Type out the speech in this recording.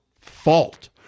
fault